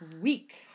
week